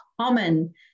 common